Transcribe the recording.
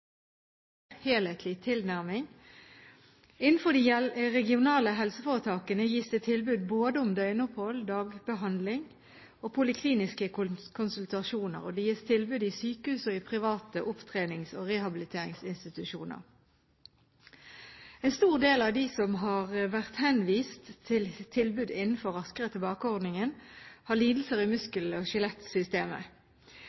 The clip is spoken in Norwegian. helhetlig tilnærming. Innenfor de regionale helseforetakene gis det tilbud både om døgnopphold, dagbehandling og polikliniske konsultasjoner, og det gis tilbud i sykehus og i private opptrenings- og rehabiliteringsinstitusjoner. En stor del av dem som har vært henvist til tilbud innenfor Raskere tilbake-ordningen, har lidelser i